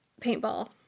paintball